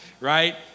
right